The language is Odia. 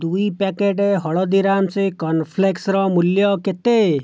ଦୁଇ ପ୍ୟାକେଟ୍ ହଳଦୀରାମ୍ସ୍ କର୍ଣ୍ଣ୍ଫ୍ଲେକ୍ସ୍ର ମୂଲ୍ୟ କେତେ